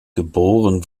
geboren